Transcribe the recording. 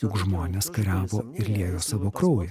juk žmonės kariavo ir liejo savo kraują